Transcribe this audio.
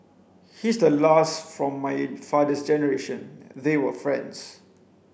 he's the last from my father's generation they were friends